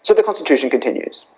so the constitution continues.